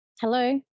Hello